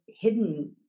hidden